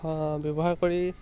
ব্যৱহাৰ কৰি